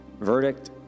Verdict